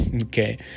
okay